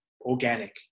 organic